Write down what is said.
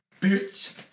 Bitch